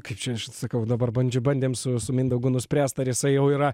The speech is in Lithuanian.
kaip čia aš sakau dabar bandžia bandėm su su mindaugu nuspręsti ar jisai jau yra